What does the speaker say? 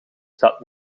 staat